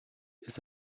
ist